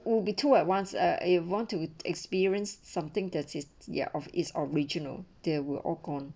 will be two at once ah eh want to experience something is there of its original there were all gone